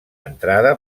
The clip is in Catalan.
entrada